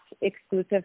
exclusive